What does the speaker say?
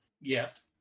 Yes